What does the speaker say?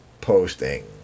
posting